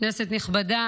כנסת נכבדה,